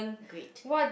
great